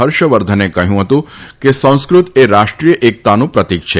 હર્ષવર્ધને કહ્યું હતું કે સંસ્કૃત એ રાષ્ટ્રીય એકતાનું પ્રતિક છે